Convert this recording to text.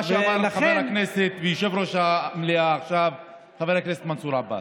מה שאמר יושב-ראש המליאה וחבר הכנסת מנסור עבאס,